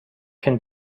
can